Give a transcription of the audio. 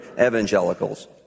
evangelicals